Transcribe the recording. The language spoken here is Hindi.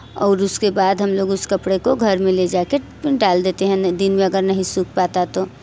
और उसके बाद हम लोग उस कपड़े को घर में ले जाकर डाल देते हैं दिन में अगर नहीं सूख पाता तो